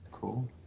Cool